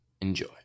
Enjoy